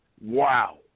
wow